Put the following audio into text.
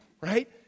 right